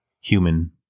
human